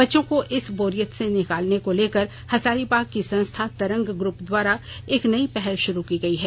बच्चों को इस बोरियत से निकालने को लेकर हजारीबाग की संस्था तरंग ग्रप द्वारा एक नयी पहल शुरू की गई है